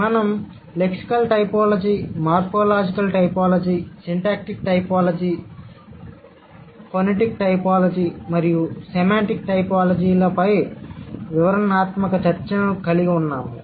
మేము lexical typology morphological typology syntactic typology phonetic typology మరియు semantic typology పై వివరణాత్మక చర్చను కలిగి ఉన్నాము